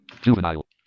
Juvenile